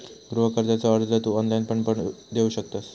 गृह कर्जाचो अर्ज तू ऑनलाईण पण देऊ शकतंस